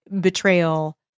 betrayal